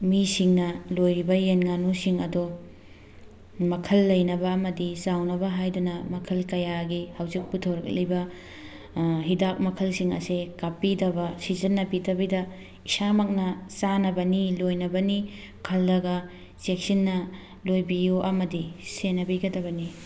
ꯃꯤꯁꯤꯡꯅ ꯂꯣꯏꯔꯤꯕ ꯌꯦꯟ ꯉꯥꯅꯨꯁꯤꯡ ꯑꯗꯣ ꯃꯈꯜ ꯂꯩꯅꯕ ꯑꯃꯗꯤ ꯆꯥꯎꯅꯕ ꯍꯥꯏꯗꯨꯅ ꯃꯈꯜ ꯀꯌꯥꯒꯤ ꯍꯧꯖꯤꯛ ꯄꯨꯊꯣꯔꯛꯂꯤꯕ ꯍꯤꯗꯥꯛ ꯃꯈꯜꯁꯤꯡ ꯑꯁꯦ ꯀꯥꯞꯄꯤꯗꯕ ꯁꯤꯖꯟꯅꯕꯤꯗꯕꯤꯗ ꯏꯁꯥꯃꯛꯅ ꯆꯥꯅꯕꯅꯤ ꯂꯣꯏꯅꯕꯅꯤ ꯈꯜꯂꯒ ꯆꯦꯛꯁꯤꯟꯅ ꯂꯣꯏꯕꯤꯌꯨ ꯑꯃꯗꯤ ꯁꯦꯟꯅꯕꯤꯒꯗꯕꯅꯤ